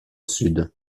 sud